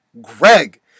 Greg